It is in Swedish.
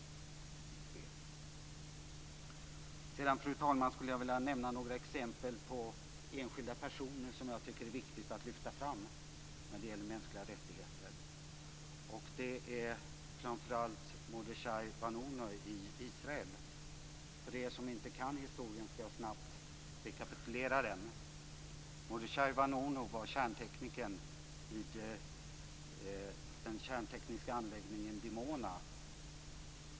Sedan, fru talman, skulle jag vilja nämna några exempel på enskilda personer som jag tycker att det är viktigt att lyfta fram när det gäller mänskliga rättigheter. Det är framför allt Mordechai Vanunu i Israel. För er som inte kan historien skall jag snabbt rekapitulera den. Mordechai Vanunu var kärntekniker vid den kärntekniska anläggningen Dimona.